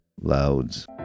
Louds